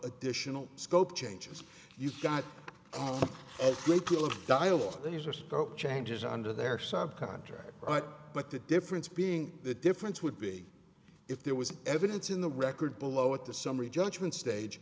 additional scope changes you've got a great deal of dialogue laserscope changes under their subcontract right but the difference being the difference would be if there was evidence in the record below at the summary judgment stage